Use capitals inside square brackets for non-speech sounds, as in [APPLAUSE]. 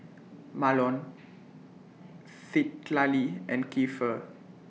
Mahlon [NOISE] Citlali and Keifer